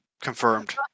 confirmed